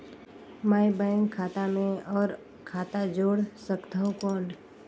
मैं बैंक खाता मे और खाता जोड़ सकथव कौन?